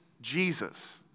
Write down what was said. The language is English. Jesus